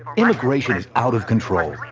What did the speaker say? immigration is out of control.